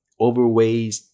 overweighs